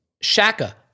Shaka